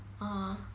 (uh huh)